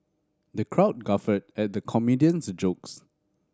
the crowd guffawed at the comedian's jokes